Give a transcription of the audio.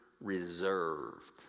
reserved